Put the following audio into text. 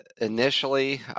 initially